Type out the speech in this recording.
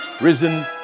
Risen